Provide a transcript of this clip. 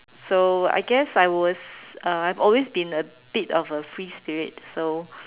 so I guess I was uh I've always been a bit of a free spirit so